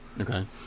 Okay